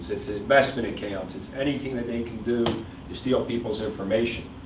it's investment accounts, it's anything that they can do to steal people's information.